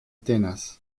tenas